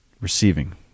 Receiving